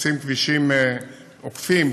עושים כבישים עוקפים,